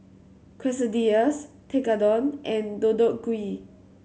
Quesadillas Tekkadon and Deodeok Gui